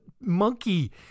monkey